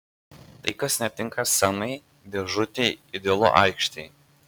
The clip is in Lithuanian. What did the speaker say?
tai kas netinka scenai dėžutei idealu aikštei